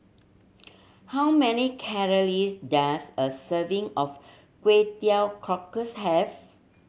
how many calories does a serving of Kway Teow Cockles have